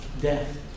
Death